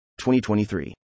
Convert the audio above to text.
2023